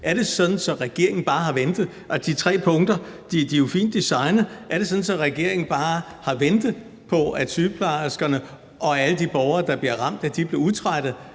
Er det sådan, at regeringen bare har ventet på, at sygeplejerskerne og alle de borgere, der bliver ramt, blev trætte,